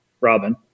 Robin